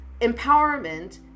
empowerment